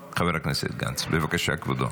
בבקשה, כבודו.